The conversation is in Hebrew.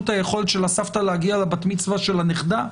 את היכולת של הסבתא להגיע לבת מצווה של הנכדה?